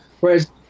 Whereas